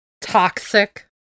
toxic